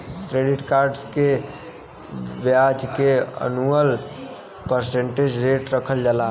credit cards के ब्याज के एनुअल परसेंटेज रेट रखल जाला